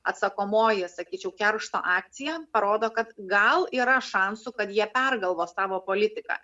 atsakomoji sakyčiau keršto akcija parodo kad gal yra šansų kad jie pergalvos savo politiką